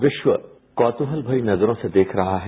आज विश्व कौतूहल भरी नजरों से देख रहा है